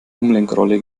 umlenkrolle